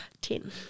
Ten